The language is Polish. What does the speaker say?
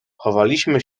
chowaliśmy